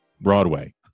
Broadway